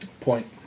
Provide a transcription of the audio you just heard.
Point